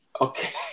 Okay